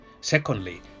Secondly